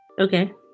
Okay